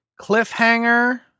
cliffhanger